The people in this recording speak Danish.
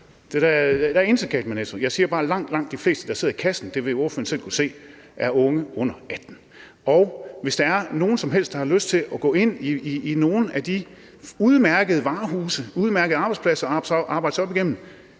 Der er intet galt med Netto. Jeg siger bare, at langt, langt de fleste, der sidder i kassen – det vil ordføreren selv kunne se – er unge under 18 år. Hvis der er nogen som helst, der har lyst til at gå ind i nogle af de udmærkede varehuse, udmærkede arbejdspladser og arbejde sig op,